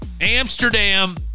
Amsterdam